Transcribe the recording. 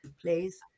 please